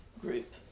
group